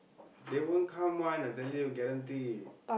they won't come one I tell you guarantee